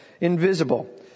Invisible